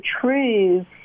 true